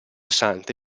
sante